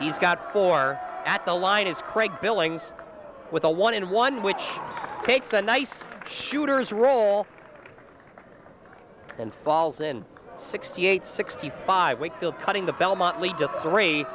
he's got four at the line is craig billings with a one in one which takes a nice shooters role and falls in sixty eight sixty five wakefield cutting the belmont